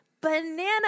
banana